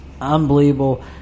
Unbelievable